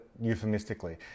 euphemistically